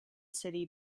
city